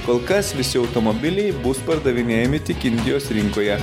kol kas visi automobiliai bus pardavinėjami tik indijos rinkoje